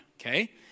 okay